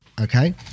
okay